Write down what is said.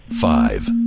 Five